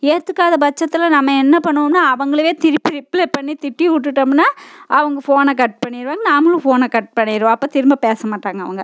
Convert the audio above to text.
ஏற்றுக்காத பட்சத்தில் நம்ம என்ன பண்ணுவோம்னா அவங்கள திருப்பி ரிப்ளே பண்ணி திட்டி விட்டுட்டம்னா அவங்க ஃபோனை கட் பண்ணிடுவாங்க நாமளும் ஃபோனை கட் பண்ணிடுவோம் அப்புறம் திரும்ப பேச மாட்டாங்க அவங்க